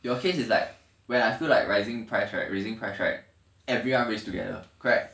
your case is like when I feel like rising price raising price right everyone raise together correct